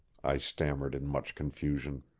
i stammered in much confusion.